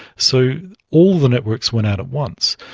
so all the networks went out at once.